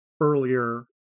earlier